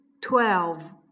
twelve